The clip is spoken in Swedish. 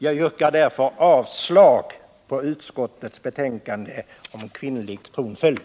Jag yrkar därför avslag på utskottets hemställan när det gäller kvinnlig tronföljd.